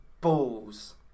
balls